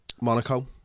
Monaco